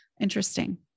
Interesting